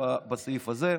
בסעיף הזה.